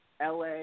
la